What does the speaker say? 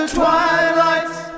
twilight's